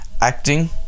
acting